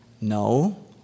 No